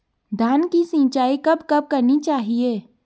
धान की सिंचाईं कब कब करनी चाहिये?